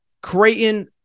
Creighton